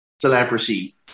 celebrity